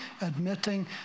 admitting